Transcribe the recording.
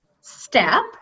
step